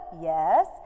Yes